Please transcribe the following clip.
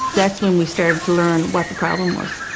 that's when we started to learn what the problem was.